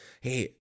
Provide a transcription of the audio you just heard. Hey